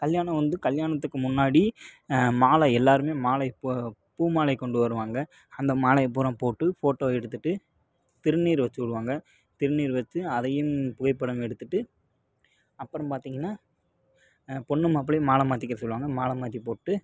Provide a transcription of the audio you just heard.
கல்யாணம் வந்து கல்யாணத்துக்கு முன்னாடி மாலை எல்லாேருமே மாலை போ பூமாலை கொண்டு வருவாங்க அந்த மாலையை பூரா போட்டு ஃபோட்டோ எடுத்துகிட்டு திருநீர் வச்சு விடுவாங்க திருநீர் வச்சு அதையும் புகைப்படம் எடுத்துகிட்டு அப்புறம் பார்த்தீங்கன்னா பொண்ணும் மாப்பிளையும் மாலை மாற்றிக்கிறது சொல்லுவாங்க மாலை மாற்றி போட்டு